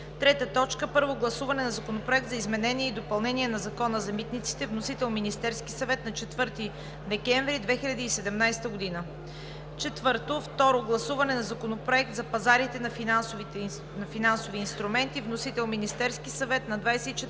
2017 г. 3. Първо гласуване на Законопроекта за изменение и допълнение на Закона за митниците. Вносител – Министерският съвет, 4 декември 2017 г. 4. Второ гласуване на Законопроекта за пазарите на финансови инструменти. Вносител – Министерският съвет, 24 октомври